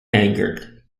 angered